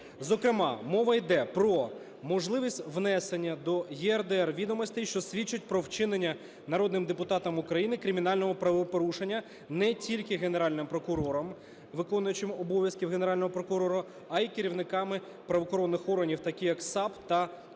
Зокрема мова йде про можливість внесення до ЄРДР відомостей, що свідчать про вчинення народним депутатом України кримінального правопорушення, не тільки Генеральним прокурором, виконуючим обов'язки Генерального прокурора, а й керівниками правоохоронних органів таких як САП та